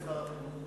משרד החינוך.